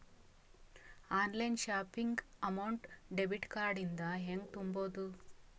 Online shopping amount debit card ಇಂದ ಹೆಂಗ್ ತುಂಬೊದು?